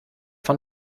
von